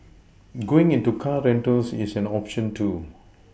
going into car rentals is an option too